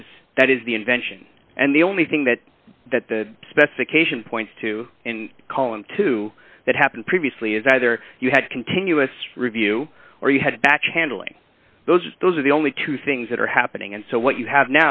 is that is the invention and the only thing that that the specification points to call into that happened previously is either you had continuous review or you had batch handling those those are the only two things that are happening and so what you have